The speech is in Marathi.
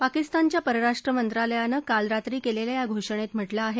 पाकिस्तानच्या परराष्ट्रमंत्रालयानं काल रात्री केलेल्या या घोषणेत म्हटलं आहे